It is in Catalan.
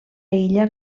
illa